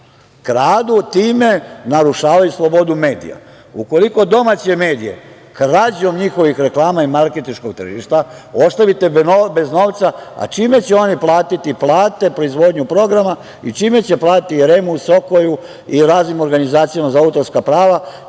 kradu i time narušavaju slobodu medija. Ukoliko domaće medije krađom njihovih reklama i marketinškog tržišta ostavite bez novca, a čime će oni platiti plate, proizvodnju programa i čime će platiti REM-u, SOKOJ-u i raznim organizacijama za autorska prava?